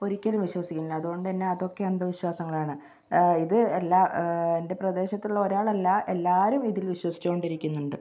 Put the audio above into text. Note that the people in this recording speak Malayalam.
ഒരിക്കലും വിശ്വസിക്കുന്നില്ല അതുകൊണ്ടുതന്നെ അതൊക്കെ അന്ധവിശ്വാസങ്ങളാണ് ഇത് എല്ലാ എൻ്റെ പ്രദേശത്തുള്ള ഒരാളല്ല എല്ലാവരും ഇതിൽ വിശ്വസിച്ചുകൊണ്ടിരിക്കുന്നുണ്ട്